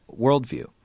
worldview